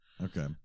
Okay